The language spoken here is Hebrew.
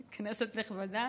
כנסת נכבדה,